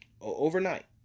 Overnight